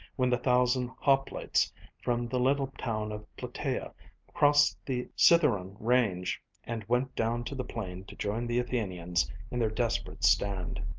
when the thousand hoplites from the little town of plataea crossed the cithaeron range and went down to the plain to join the athenians in their desperate stand.